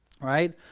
right